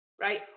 right